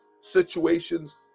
situations